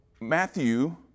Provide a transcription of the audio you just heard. Matthew